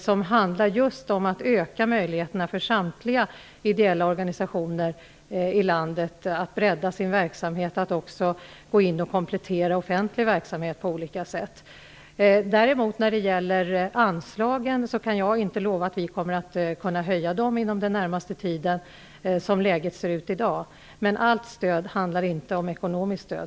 Det handlar just om att öka möjligheterna för samtliga ideella organisationer i landet att bredda sin verksamhet och att också komplettera offentlig verksamhet på olika sätt. Jag kan med tanke på hur läget ser ut i dag däremot inte lova att vi kommer att kunna höja anslagen inom den närmaste tiden. Men allt stöd handlar inte om ekonomiskt stöd.